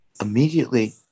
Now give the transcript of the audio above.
Immediately